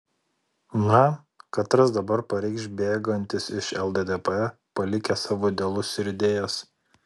na katras dabar pareikš bėgantis iš lddp palikęs savo idealus ir idėjas